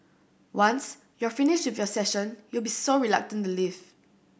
once you're finished with your session you'll be so reluctant to leave